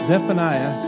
Zephaniah